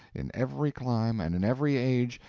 in every clime, and in every age,